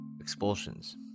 expulsions